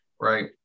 Right